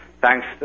thanks